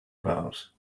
about